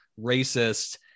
racist